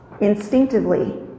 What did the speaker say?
Instinctively